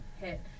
hit